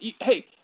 hey